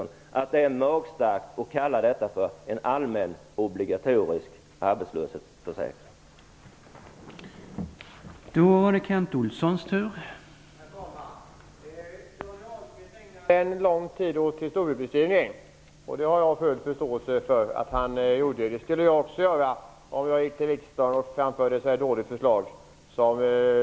Jag vidhåller att det är magstarkt att kalla detta för en allmän obligatorisk arbetslöshetsförsäkring, Elving Andersson.